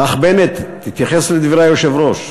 האח בנט, תתייחס לדברי היושב-ראש.